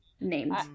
named